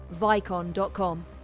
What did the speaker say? vicon.com